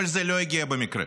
כל זה לא הגיע במקרה,